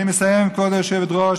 אני מסיים, כבוד היושבת-ראש.